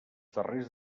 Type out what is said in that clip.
darrers